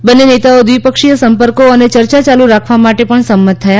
બંને નેતાઓ દ્વિપક્ષીય સંપર્કો અને ચર્ચા યાલુ રાખવા માટે પણ સંમત થયા